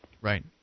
Right